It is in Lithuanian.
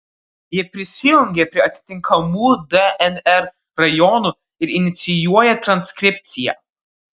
jie prisijungia prie atitinkamų dnr rajonų ir inicijuoja transkripciją